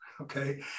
okay